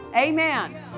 amen